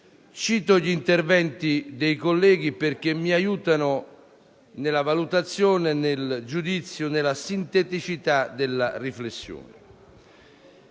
Cito gli interventi dei colleghi perché mi aiutano nella valutazione, nel giudizio e nella sinteticità della riflessione.